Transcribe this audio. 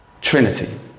trinity